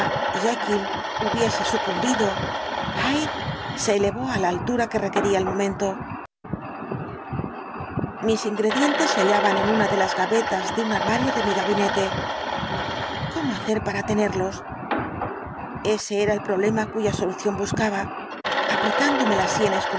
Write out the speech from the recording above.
jekyll hubiese sucumbido hyde se elevó á la altura que requería el momento mis ingredientes se hallaban en una de las gavetas de un armario de mi gabinete cómo hacer para tenerlos ese era el problema cuya solución buscaba apretándome las sienes